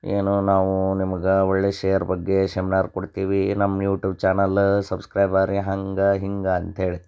ಏನು ನಾವು ನಿಮಗೆ ಒಳ್ಳೆಯ ಷೇರ್ ಬಗ್ಗೆ ಶೆಮ್ನಾರ್ ಕೊಡ್ತೀವಿ ನಮ್ಮ ಯೂಟೂಬ್ ಚಾನಲ ಸಬ್ಸ್ಕ್ರೈಬ್ ಆಗ್ರಿ ಹಂಗೆ ಹಿಂಗೆ ಅಂತ ಹೇಳಿ